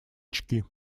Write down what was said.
очки